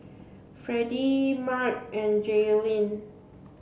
Fredie Marc and Jailyn